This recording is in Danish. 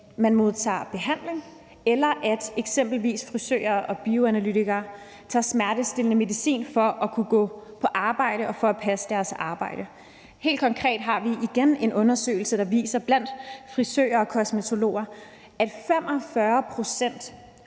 man modtager behandling, og eksempelvis frisører og bioanalytikere tager smertestillende medicin for at kunne passe deres arbejde. Helt konkret har vi igen en undersøgelse blandt frisører og kosmetologer, der viser,